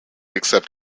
except